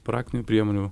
praktinių priemonių